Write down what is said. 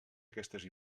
aquestes